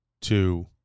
two